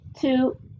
Two